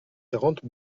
quarante